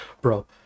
Bro